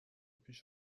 پیش